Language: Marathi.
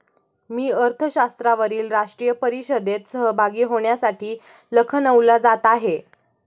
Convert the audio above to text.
मी अर्थशास्त्रावरील राष्ट्रीय परिषदेत सहभागी होण्यासाठी लखनौला जात आहे